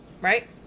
Right